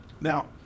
Now